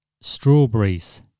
strawberries